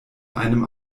einem